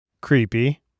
Creepy